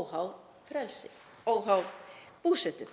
óháð búsetu.